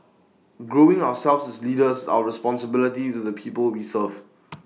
growing ourselves as leaders is our responsibility to the people we serve